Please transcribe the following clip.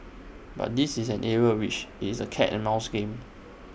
but this is an area which IT is A cat and mouse game